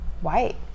white